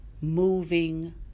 moving